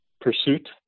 pursuit